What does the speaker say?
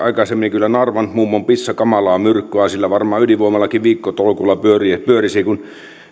aikaisemmin naarvan mummon pissa kamalaa myrkkyä on sillä varmaan ydinvoimalakin viikkotolkulla pyörisi kun